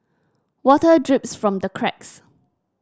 water drips from the cracks